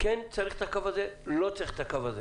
ונראה אם כן צריך את הקו הזה או לא צריך אותו.